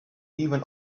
even